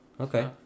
Okay